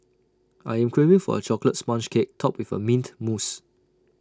I am craving for A Chocolate Sponge Cake Topped with Mint Mousse